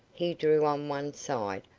he drew on one side,